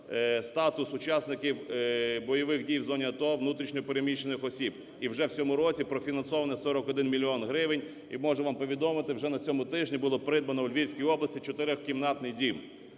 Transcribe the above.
статус учасників бойових дій в зоні АТО внутрішньо переміщених осіб. І вже в цьому році профінансовано 41 мільйон гривень. І можемо вам повідомити, вже на цьому тижні було придбано в Львівській області чотирьохкімнатний дім.